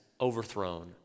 overthrown